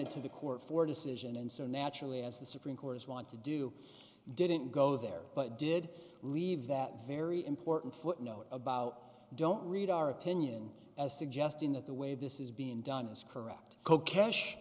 d to the court for decision and so naturally as the supreme court is want to do didn't go there but did leave that very important footnote about don't read our opinion as suggesting that the way this is being done is correct code ca